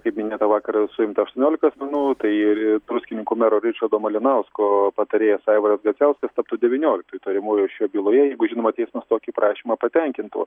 kaip minėta vakar suimta aštuoniolika asmenų tai ir druskininkų mero ričardo malinausko patarėjas aivaras kadziauskas taptu devynioliktu įtariamuoju šioje byloje jeigu žinoma teismas tokį prašymą patenkintų